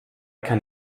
kann